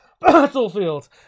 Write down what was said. Battlefield